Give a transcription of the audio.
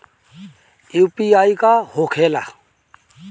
UPI का होखेला?